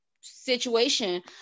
situation